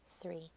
three